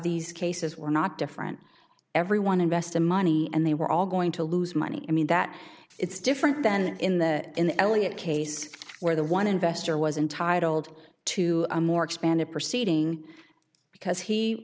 these cases were not different everyone invested money and they were all going to lose money i mean that it's different than in the in the elliott case where the one investor was entitled to a more expanded proceeding because he